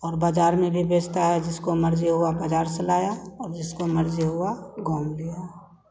और बाज़ार में भी बेचता है जिसकी मर्ज़ी होगी बाज़ार से लाया और जिसकी मर्ज़ी हुई गाँव में लिया